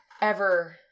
ever-